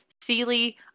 seely